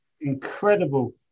incredible